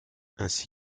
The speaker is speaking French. ainsi